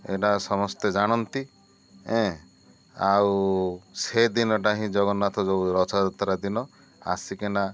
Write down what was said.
ଏଇଟା ସମସ୍ତେ ଜାଣନ୍ତି ଆଉ ସେ ଦିନଟା ହିଁ ଜଗନ୍ନାଥ ଯେଉଁ ରଥଯାତ୍ରା ଦିନ ଆସିକିନା